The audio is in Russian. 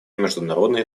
международной